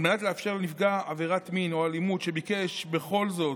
על מנת לאפשר לנפגע עבירת מין או אלימות שביקש בכל זאת,